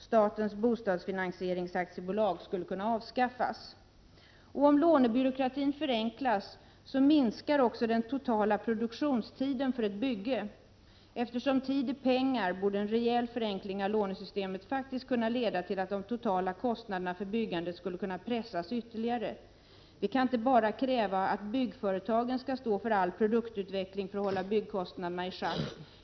Statens bostadsfinansieringsaktiebolag skulle kunna avskaffas. Om lånebyråkratin förenklas så minskar också den totala produktionstiden för ett bygge. Eftersom tid är pengar borde en rejäl förenkling av lånesystemet leda till att de totala kostnaderna för byggande skulle kunna pressas ytterligare. Vi kan inte bara kräva att byggföretagen skall stå för all produktutveckling för att hålla byggkostnaderna i schack.